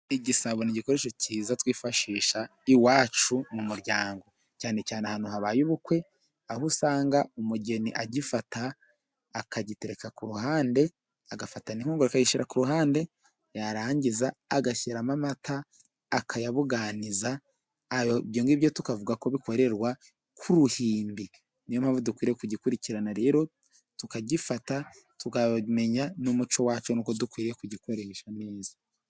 Igisabo ni igikoresho cyiza twifashisha iwacu mu muryango cyane cyane ahantu habaye ubukwe aho usanga umugeni agifata akagitereka ku ruhande, agafata inkongoro akakiyishyira ku ruhande yarangiza agashyiramo amata akayabuganiza, ibyo tukavuga ko bikorerwa kuruhimbi. Niyo mpamvu dukwiye kugikurikirana rero tukagifata tukamenya n'umuco wacu nuko dukwiye kugikoresha neza.